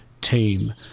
team